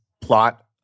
plot